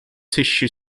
tissue